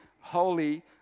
holy